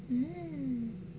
mm